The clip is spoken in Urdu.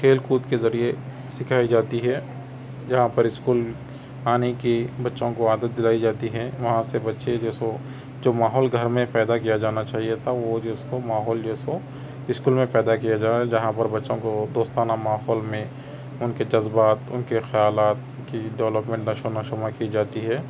کھیل کود کے ذریعے سکھائی جاتی ہے جہاں پر اسکول آنے کی بچوں کو عادت دلائی جاتی ہے وہاں سے بچے جو سو جو ماحول گھر میں پیدا کیا جانا چاہئے تھا وہ جو اس کو ماحول جو سو اسکول میں پیدا کیا جائے جہاں پر بچوں کو دوستانہ ماحول میں ان کے جذبات ان کے خیالات کی ڈیولپمینٹ نشو و نما کی جاتی ہے